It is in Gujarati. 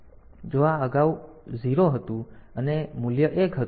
તેથી જો આ અગાઉ આ મૂલ્ય 0 હતું આ મૂલ્ય 1 હતું